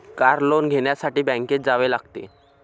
car loan घेण्यासाठी बँकेत जावे लागते